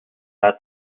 set